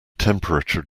temperature